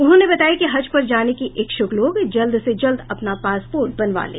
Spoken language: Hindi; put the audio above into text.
उन्होंने बताया कि हज पर जाने की इच्छुक लोग जल्द से जल्द अपना पासपोर्ट बनवा लें